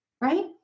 right